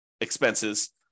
expenses